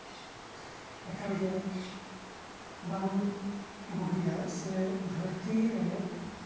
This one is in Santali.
ᱵᱟᱝ ᱵᱩᱜᱤᱭᱟ ᱥᱮ ᱫᱷᱟᱨᱛᱤ ᱨᱮ